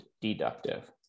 deductive